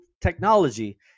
technology